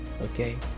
Okay